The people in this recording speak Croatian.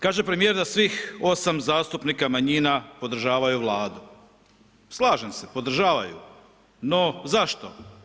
Kaže premijer da svih 8 zastupnika manjina podržavaju Vladu, slažem se, podržavaju, no zašto?